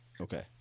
Okay